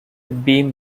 beam